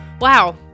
Wow